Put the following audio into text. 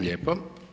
Lijepo.